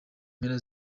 mpera